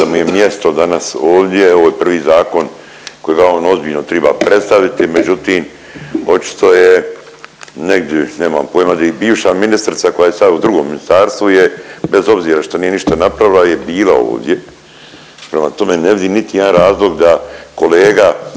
da mu je mjesto danas ovdje, ovo je prvi zakon kojega on ozbiljno triba predstaviti, međutim očito je negdje, nemam pojma di. Bivša ministrica koja je sad u drugom ministarstvu je bez obzira što nije ništa napravila je bila ovdje. Prema tome ne vidim niti jedan razlog da kolega